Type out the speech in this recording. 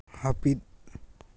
ᱦᱟᱹᱯᱤᱫ